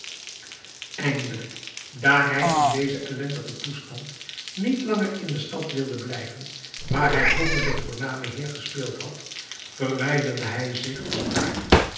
eindelijk daar hij in dezen ellendigen toestand niet langer in de stad wilde blijven waar hij vroeger den voornamen heer gespeeld had verwijderde hij zich